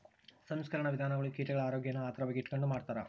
ಸಂಸ್ಕರಣಾ ವಿಧಾನಗುಳು ಕೀಟಗುಳ ಆರೋಗ್ಯಾನ ಆಧಾರವಾಗಿ ಇಟಗಂಡು ಮಾಡ್ತಾರ